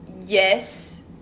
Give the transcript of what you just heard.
Yes